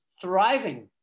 thriving